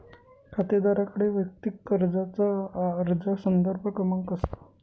खातेदाराकडे वैयक्तिक कर्जाचा अर्ज संदर्भ क्रमांक असावा